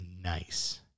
Nice